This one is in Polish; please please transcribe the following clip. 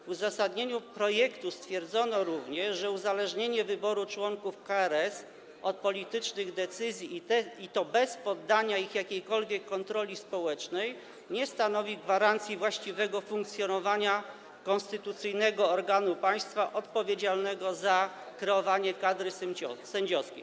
W uzasadnieniu projektu stwierdzono również, że uzależnienie wyboru członków KRS od politycznych decyzji, i to bez poddania ich jakiejkolwiek kontroli społecznej, nie stanowi gwarancji właściwego funkcjonowania konstytucyjnego organu państwa odpowiedzialnego za kreowanie kadry sędziowskiej.